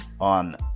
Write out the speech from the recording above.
on